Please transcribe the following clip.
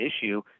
issue